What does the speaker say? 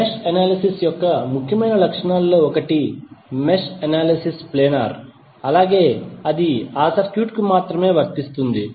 mesh analysis యొక్క ముఖ్యమైన లక్షణాలలో ఒకటి మెష్ అనాలిసిస్ ప్లేనార్ అలాగే అది ఆ సర్క్యూట్కు మాత్రమే వర్తిస్తుంది